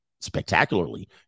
spectacularly